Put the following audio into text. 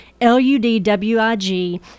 L-U-D-W-I-G